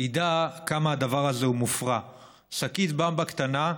ידע כמה הדבר הזה הוא מופרע: שקית במבה קטנה,